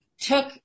took